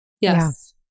Yes